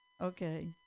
Okay